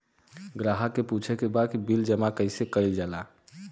ग्राहक के पूछे के बा की बिल जमा कैसे कईल जाला?